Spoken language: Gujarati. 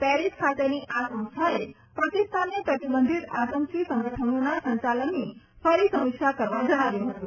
પેરીસ ખાતેની આ સંસ્થાએ પાકિસ્તાનને પ્રતિબંધીત આતંકી સંગઠનોના સંચાલનની ફરી સમીક્ષા કરવા જણાવ્યું હતું